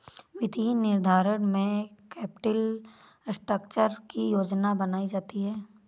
वित्तीय निर्धारण में कैपिटल स्ट्रक्चर की योजना बनायीं जाती है